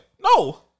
No